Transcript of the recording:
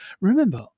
Remember